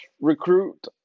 recruit